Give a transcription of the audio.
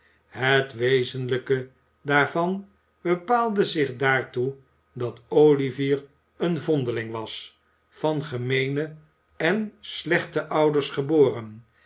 het wezenlijke daarvan bepaalde zich daartoe dat olivier een vondeling was van gemeene en slechte ouders geboren